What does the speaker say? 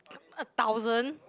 a thousand